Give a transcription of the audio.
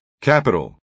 Capital